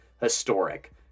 historic